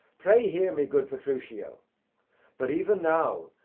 pray hear me good petruchio but ev'n now,